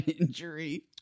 injury